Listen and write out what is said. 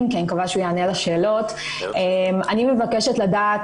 כי אני מקווה שהוא יענה על השאלות: אני מבקשת לדעת